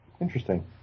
Interesting